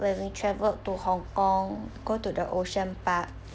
when we travelled to hong kong go to the ocean park